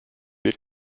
wird